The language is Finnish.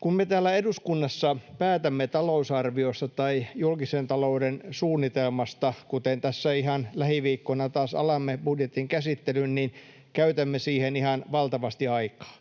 Kun me täällä eduskunnassa päätämme talousarviosta tai julkisen talouden suunnitelmasta, kuten tässä ihan lähiviikkoina taas alamme budjetin käsittelyn, niin käytämme siihen ihan valtavasti aikaa.